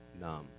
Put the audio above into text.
numb